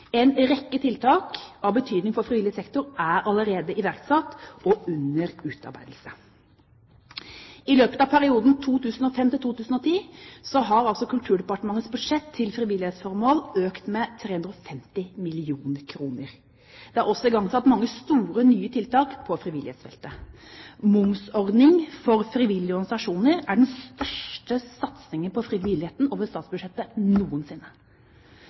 En rekke tiltak av betydning for frivillig sektor er allerede iverksatt eller under utarbeidelse. I løpet av perioden 2005–2010 har Kulturdepartementets budsjett til frivilllighetsformål økt med 350 mill. kr. Det er også igangsatt mange nye store tiltak på frivillighetsfeltet. Momsordning for frivillige organisasjoner er den største satsingen på frivilligheten over statsbudsjettet noensinne.